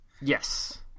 yes